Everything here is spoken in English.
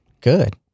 Good